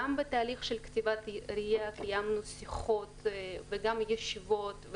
גם בתהליך של כתיבת ראייה קיימנו שיחות וגם ישיבות,